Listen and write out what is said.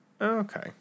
Okay